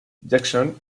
jackson